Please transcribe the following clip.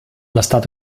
l’estat